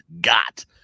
got